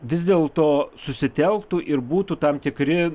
vis dėl to susitelktų ir būtų tam tikri